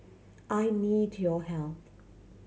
I need your help